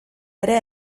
ere